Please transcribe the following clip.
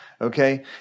Okay